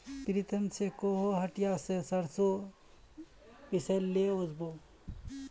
प्रीतम स कोहो हटिया स सरसों पिसवइ ले वस बो